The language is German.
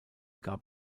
gab